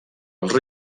als